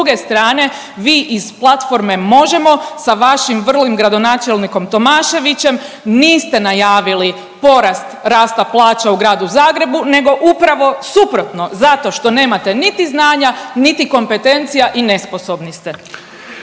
s druge strane vi iz Platforme Možemo sa vašim vrlim gradonačelnikom Tomaševićem niste najavili porast rasta plaća u Gradu Zagrebu nego upravo suprotno zato što nemate niti znanja niti kompetencija i nesposobni ste.